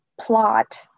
plot